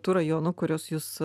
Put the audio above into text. tų rajonų kuriuos jūs